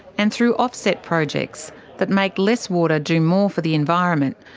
and through off-set projects that make less water do more for the environment,